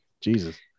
Jesus